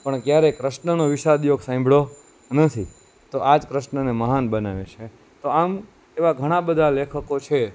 પણ ક્યારે કૃષ્ણનો વિશાદ યોગ સાંભળ્યો નથી તો આ જ કૃષ્ણને મહાન બનાવે છે તો આમ એવા ઘણા બધા લેખકો છે